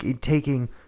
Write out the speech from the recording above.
Taking